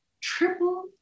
Triple